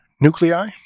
Nuclei